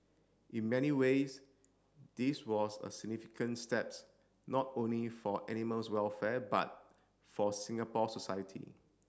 in many ways this was a significant steps not only for animals welfare but for Singapore society